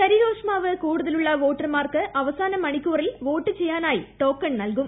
ശരീരോഷ്മാവ് കൂടുതലുള്ള വോട്ടർമാർക്ക് അവസാന മണിക്കൂറിൽ വോട്ട് ചെയ്യാനായി ടോക്കൺ നൽകും